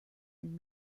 and